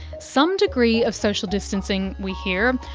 some degree of social distancing, we hear,